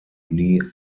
nie